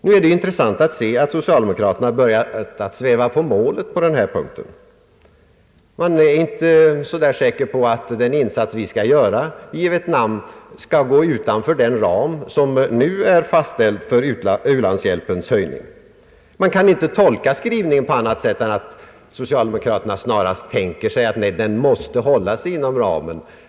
Nu är det intressant att se hur socialdemokraterna börjat sväva på målet i detta avseende. Man är inte längre så säker på att den insats vi skall göra i Vietnam bör gå utanför den ram som nu är fastställd för vårt utvecklingsbistånd och dess höjning. Man kan inte tolka utskottets skrivning på annat sätt än att socialdemokraterna snarare tänker sig att vietnamhjälpen måste hållas innanför ramen.